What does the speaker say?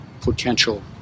potential